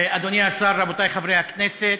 אדוני השר, רבותי חברי הכנסת,